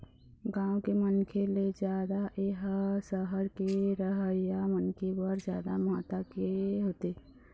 गाँव के मनखे ले जादा ए ह सहर के रहइया मनखे बर जादा महत्ता के होथे